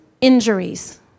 injuries